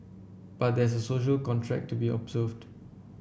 but there's a social contract to be observed